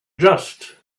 just